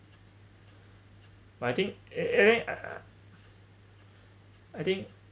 but I think eh eh ah ah I think